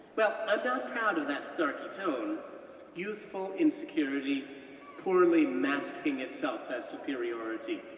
well, i'm not proud of that snarky tone youthful insecurity poorly masking itself as superiority,